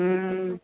हूं